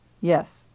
Yes